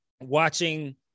watching